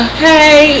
Okay